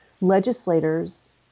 legislators